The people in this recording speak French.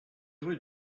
rue